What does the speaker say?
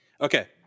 Okay